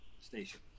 station